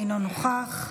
אינו נוכח,